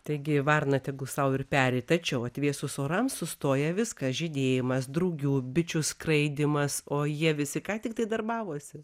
taigi varna tegu sau ir peri tačiau atvėsus orams sustoja viskas žydėjimas drugių bičių skraidymas o jie visi ką tiktai darbavosi